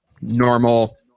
normal